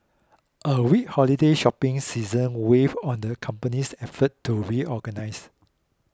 a weak holiday shopping season weighed on the company's efforts to reorganise